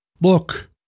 Look